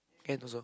can also